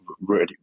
ready